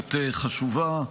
באמת חשובה.